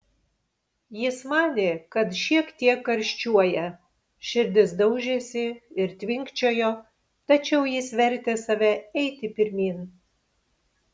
jis manė kad šiek tiek karščiuoja širdis daužėsi ir tvinkčiojo tačiau jis vertė save eiti pirmyn